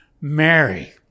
Mary